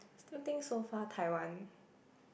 still think so far Taiwan